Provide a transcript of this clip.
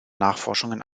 nachforschungen